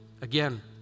again